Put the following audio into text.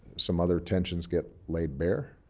some other tensions get laid bare